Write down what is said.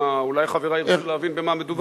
אולי חברי ירצו להבין במה מדובר.